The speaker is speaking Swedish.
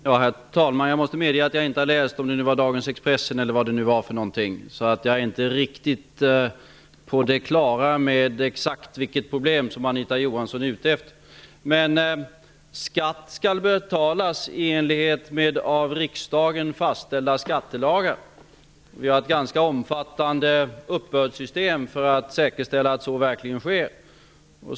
Herr talman! Jag måste medge att jag inte har läst dagens Expressen eller vilken tidning det nu gällde. Jag är därför inte riktigt på det klara med exakt vilket problem som Anita Johansson är ute efter. Skatt skall betalas i enlighet med de av riksdagen fastställda skattelagarna. Vi har ett ganska omfattande uppbördssystem för att säkerställa att så verkligen sker.